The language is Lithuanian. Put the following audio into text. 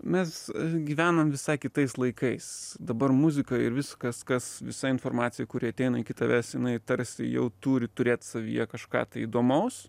mes gyvenam visai kitais laikais dabar muzika ir viskas kas visa informacija kuri ateina iki tavęs jinai tarsi jau turi turėt savyje kažką įdomaus